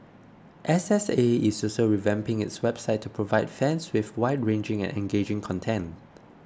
S S A is also revamping its website to provide fans with wide ranging and engaging content